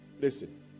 listen